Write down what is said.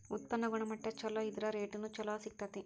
ಉತ್ಪನ್ನ ಗುಣಮಟ್ಟಾ ಚುಲೊ ಇದ್ರ ರೇಟುನು ಚುಲೊ ಸಿಗ್ತತಿ